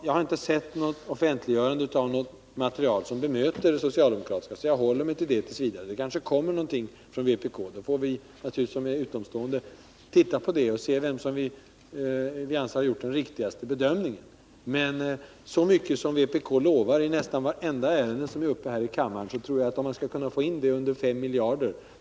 Jag har inte sett att något material som bemöter det socialdemokratiska har offentliggjorts, så jag håller mig till det t. v. Det kanske kommer någonting från vpk — då får vi som är utomstående naturligtvis titta på det och se vem vi anser har gjort den riktigaste bedömningen. Men så mycket som vpk lovar i nästan vartenda ärende som är uppe i kammaren tror jag inte går att rymma inom 5 miljarder.